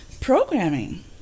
Programming